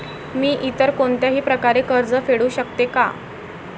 मी इतर कोणत्याही प्रकारे कर्ज फेडू शकते का?